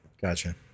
Gotcha